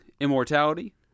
Immortality